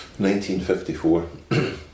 1954